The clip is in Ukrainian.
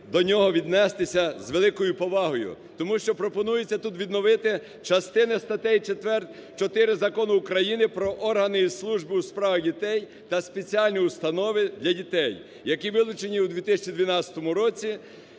до нього віднестися з великою повагою. Тому що пропонується тут відновити частини статей… 4 Закону України "Про органи і служби у справах дітей та спеціальні установи для дітей", які вилучені у 2012 році,